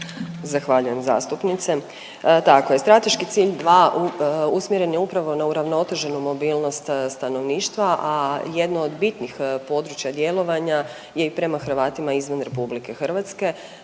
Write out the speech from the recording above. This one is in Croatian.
Zahvaljujem zastupnice. Tako je strateški cilj dva usmjeren je upravo na uravnoteženu mobilnost stanovništva, a jedno od bitnih područja djelovanja je i prema Hrvatima izvan RH, ne samo